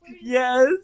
Yes